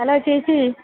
hello ചേച്ചി